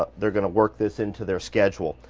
ah they're going to work this into their schedule.